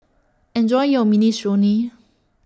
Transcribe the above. Enjoy your Minestrone